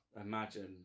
imagine